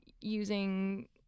using